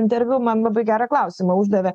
interviu man labai gerą klausimą uždavė